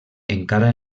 encara